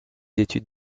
études